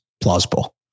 plausible